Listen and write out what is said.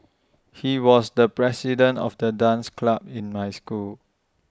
he was the president of the dance club in my school